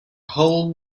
whole